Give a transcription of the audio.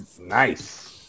Nice